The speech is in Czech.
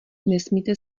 nesmíte